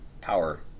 power